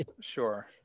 Sure